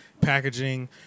packaging